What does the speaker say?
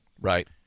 Right